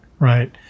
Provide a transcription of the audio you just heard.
right